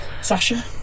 Sasha